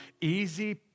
easy